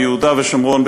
ביהודה ושומרון,